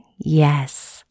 Yes